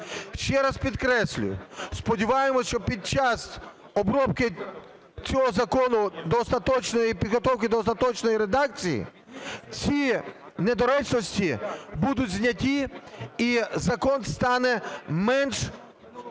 Ще раз підкреслюю, сподіваємось, що під час обробки цього закону до остаточної підготовки до остаточної редакції ці недоречності будуть зняті і закон стане менш